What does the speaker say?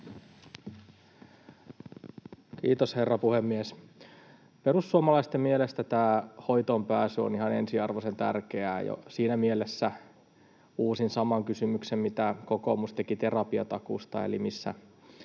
Kiitos, herra puhemies! Perussuomalaisten mielestä tämä hoitoonpääsy on ihan ensiarvoisen tärkeää, ja siinä mielessä uusin saman kysymyksen, mitä kokoomus teki terapiatakuusta: missä